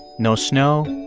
no snow,